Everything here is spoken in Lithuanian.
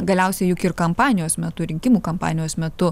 galiausiai juk ir kampanijos metu rinkimų kampanijos metu